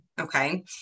Okay